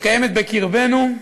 שקיימת בקרבנו.